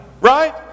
right